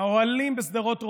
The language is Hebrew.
האוהלים בשדרות רוטשילד,